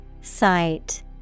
Sight